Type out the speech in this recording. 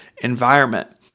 environment